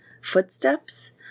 Footsteps